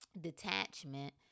Detachment